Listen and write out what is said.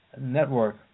network